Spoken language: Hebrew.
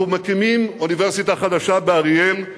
אנחנו מקימים אוניברסיטה חדשה באריאל.